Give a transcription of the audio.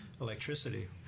electricity